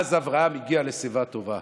אז אברהם הגיע לשיבה טובה.